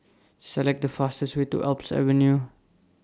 Select The fastest Way to Alps Avenue